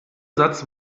satz